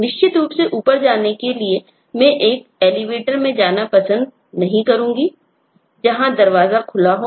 निश्चित रूप से ऊपर जाने के लिए मैं एक Elevator में जाना पसंद नहीं करूँगा जहाँ दरवाजा खुला हो